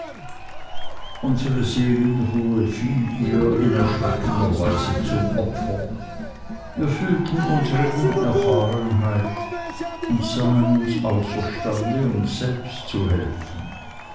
unsere seelenruhe fiel ihr in erschreckender weise zum opfer wir fühlten unsere unerfahrenheit und sahen uns außerstande uns selbst zu helfen